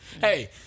Hey